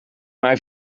mijn